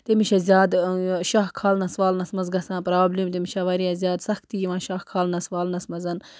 تٔمِس چھِ زیادٕ شاہ خالنَس والنَس مَنز گَژھان پرابلم تٔمِس چھِ واریاہ زیادٕ سختی یِوان شاہ خالنَس والنَس مَنز